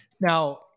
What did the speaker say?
Now